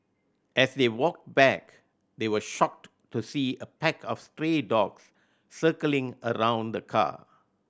as they walked back they were shocked to see a pack of stray dogs circling around the car